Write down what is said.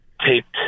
taped